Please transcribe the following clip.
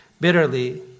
bitterly